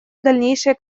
дальнейшие